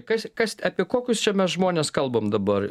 kas kas apie kokius čia mes žmones kalbam dabar